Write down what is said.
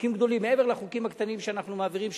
חוקים גדולים מעבר לחוקים הקטנים שאנחנו מעבירים,